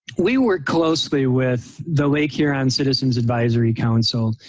we work closely with the lake huron citizens advisory council.